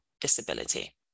disability